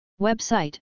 Website